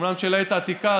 אומנם של העת העתיקה,